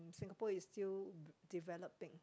Singapore is still developing